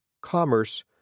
commerce